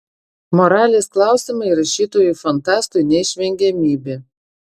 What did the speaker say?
moralės klausimai rašytojui fantastui neišvengiamybė